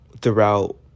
throughout